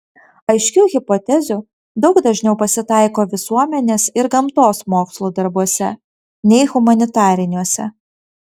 aiškių hipotezių daug dažniau pasitaiko visuomenės ir gamtos mokslų darbuose nei humanitariniuose